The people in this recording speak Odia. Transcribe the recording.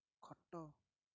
ଖଟ